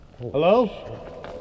Hello